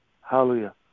hallelujah